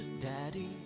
Daddy